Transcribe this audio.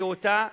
באותה מידה,